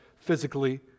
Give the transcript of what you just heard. physically